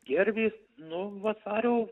gervės nu vasario